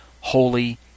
holy